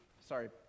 Sorry